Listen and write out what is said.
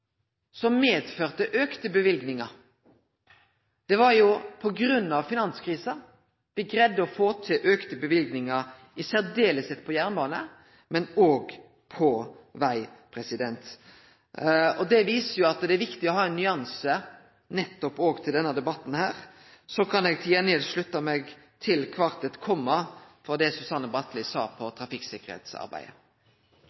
som medførte auka løyvingar. Det var jo på grunn av finanskrisa me greidde å få til auka løyvingar – særleg på jernbane, men òg på veg. Det viser at det er viktig å ha ein nyanse òg i denne debatten. Så kan eg til gjengjeld slutte meg til kvart eit komma i det Susanne Bratli sa